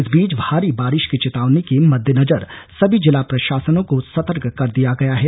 इस बीच भारी बारिश की चेतावनी के मद्देनजर सभी जिला प्रशासनों को सतर्क कर दिया गया है